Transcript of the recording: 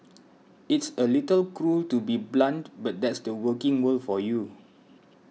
it's a little cruel to be so blunt but that's the working world for you